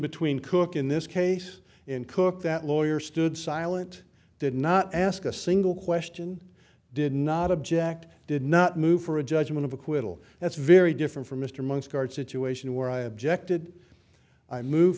between cook in this case in cook that lawyer stood silent did not ask a single question did not object did not move for a judgment of acquittal that's very different from mr months guard situation where i objected i move